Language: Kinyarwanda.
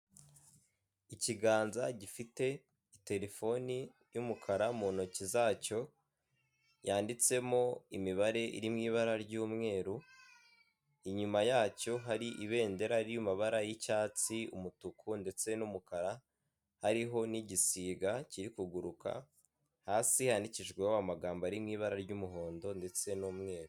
Ikiganza gifite iterefoni y'umukara mu ntoki zacyo yanditsemo imibare iri mu ibara ry'umweru, inyuma yacyo hari ibendera ry'amabara y'icyatsi umutuku ndetse n'umukara, hariho n'igisiga kiri kuguruka hasi hanikijweho amagambo ari mu ibara ry'umuhondo ndetse n'umweru.